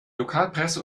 lokalpresse